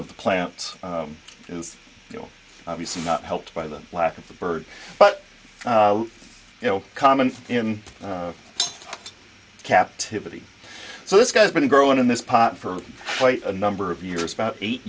the plants is you know obviously not helped by the lack of the bird but you know common in captivity so this guy's been growing in this pot for quite a number of years about eight